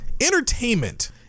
entertainment